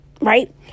right